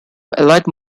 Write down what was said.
elite